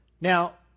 Now